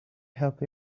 help